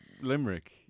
Limerick